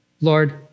Lord